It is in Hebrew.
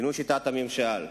שינוי שיטת הממשל,